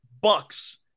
Bucks